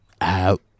out